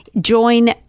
join